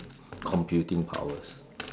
computing powers